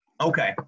Okay